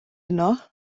yno